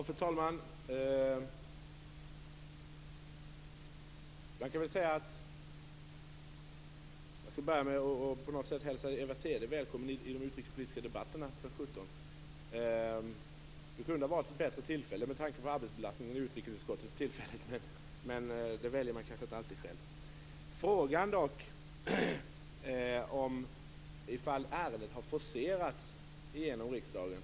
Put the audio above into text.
Fru talman! Jag kan börja med att hälsa Eva Thede välkommen i den utrikespolitiska debatten. Hon kunde ha valt ett bättre tillfälle, med tanke på arbetsbelastningen i utrikesutskottet. Men det väljer man inte alltid själv. Frågan var om ärendet hade forcerats genom riksdagen.